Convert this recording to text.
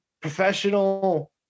professional